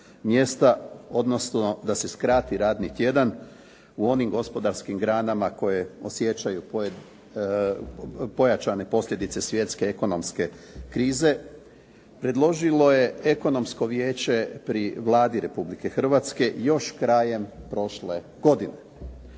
odnosno da se skrati radni tjedan u onim gospodarskim granama koje osjećaju pojačane posljedice svjetske ekonomske krize, predložilo je ekonomsko vijeće pri Vladi Republike Hrvatske još krajem prošle godine.